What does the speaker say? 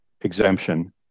exemption